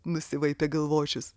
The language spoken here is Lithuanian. nusivaipė galvočius